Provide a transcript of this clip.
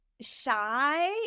shy